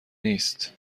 نیست